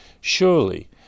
surely